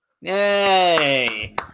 yay